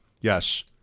Yes